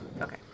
Okay